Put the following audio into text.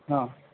ହଁ